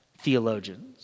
theologians